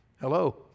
Hello